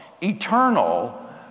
eternal